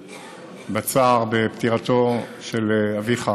השתתפות בצער על פטירתו של אביך,